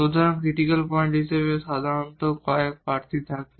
সুতরাং critical point হিসাবে সাধারণত কয়েকজন ক্যান্ডিডেড থাকে